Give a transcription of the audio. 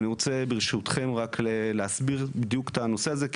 אני רוצה ברשותכם רק להסביר בדיוק את הנושא הזה.